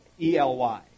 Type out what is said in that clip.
E-L-Y